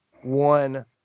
one